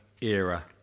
era